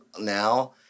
now